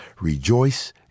rejoice